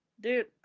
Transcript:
dude